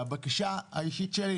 והבקשה האישית שלי